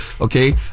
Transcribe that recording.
Okay